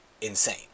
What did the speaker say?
insane